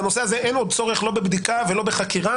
בנושא הזה אין עוד צורך לא בבדיקה ולא בחקירה.